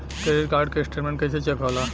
Credit card के statement कइसे check होला?